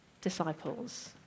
disciples